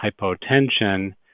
hypotension